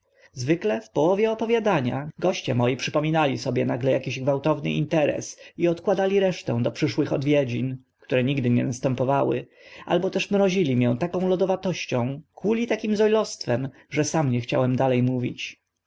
zwykle w połowie opowiadania goście moi przypominali sobie nagle akiś gwałtowny interes i odkładali resztę do przyszłych odwiedzin które nigdy nie następowały albo też mrozili mię taką lodowatością kłuli takim zoilostwem że sam nie chciałem dale mówić